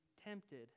tempted